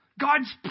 God's